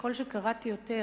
ככל שקראתי יותר